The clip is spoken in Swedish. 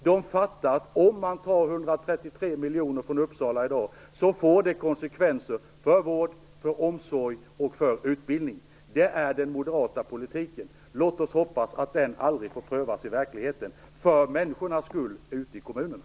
De fattar att om man tar 133 miljoner från Uppsala i dag får det konsekvenser för vård, omsorg och utbildning. Det är den moderata politiken. Låt oss hoppas att den aldrig får prövas i verkligheten, för människornas skull ute i kommunerna.